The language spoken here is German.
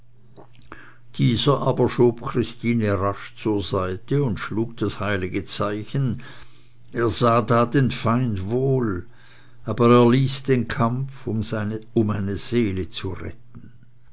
dieser aber schob christine rasch zur seite und schlug das heilige zeichen er sah da den feind wohl aber er ließ den kampf um eine seele zu retten